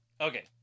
Okay